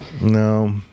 No